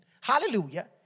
Hallelujah